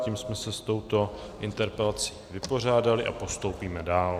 Tím jsme se s touto interpelací vypořádali a postoupíme dál.